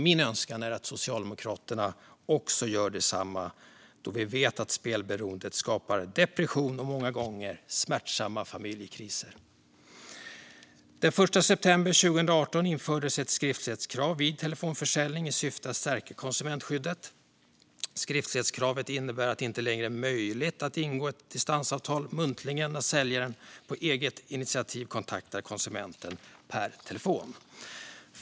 Min önskan är att Socialdemokraterna gör detsamma, eftersom vi vet att spelberoende skapar depression och många gånger smärtsamma familjekriser. Den 1 september 2018 infördes ett skriftlighetskrav vid telefonförsäljning i syfte att stärka konsumentskyddet. Skriftlighetskravet innebär att det inte längre är möjligt att ingå ett distansavtal muntligen när säljaren på eget initiativ kontaktar konsumenten per telefon.